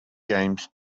games